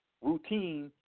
routine